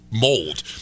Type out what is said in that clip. mold